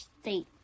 State